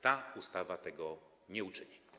Ta ustawa tego nie uczyni.